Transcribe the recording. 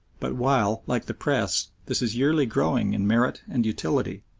but while, like the press, this is yearly growing in merit and utility,